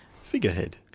Figurehead